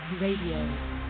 Radio